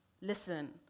listen